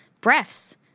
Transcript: breaths